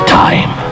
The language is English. time